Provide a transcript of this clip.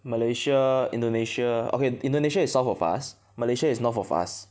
Malaysia Indonesia okay Indonesia is south of us Malaysia is north of us